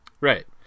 Right